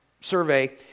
survey